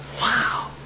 Wow